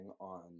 on